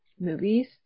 movies